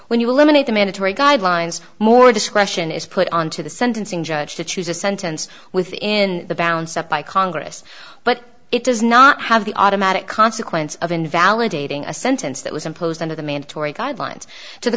when you eliminate the mandatory guidelines more discretion is put onto the sentencing judge to choose a sentence within the bounds set by congress but it does not have the automatic consequence of invalidating a sentence that was imposed under the mandatory guidelines to the